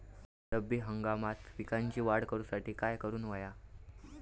रब्बी हंगामात पिकांची वाढ करूसाठी काय करून हव्या?